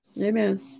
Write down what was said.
Amen